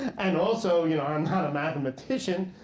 and also, you know, i'm not a mathematician.